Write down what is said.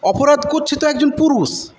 অপরাধ করছে তো একজন পুরুষ